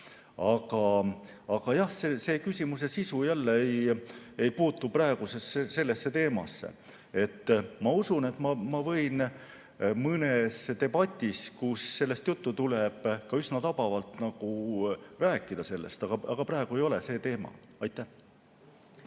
Aga jah, see küsimuse sisu jälle ei puutu praegu teemasse. Ma usun, et ma võin mõnes debatis, kus sellest juttu tuleb, üsna tabavalt sellest rääkida, aga praegu ei ole see teema. Aitäh